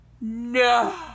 No